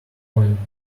point